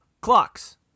clocks